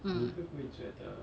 mm